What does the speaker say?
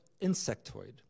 insectoid